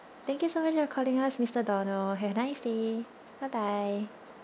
thank you so much for calling us mister donald have a nice day bye bye